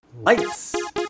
Lights